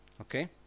okay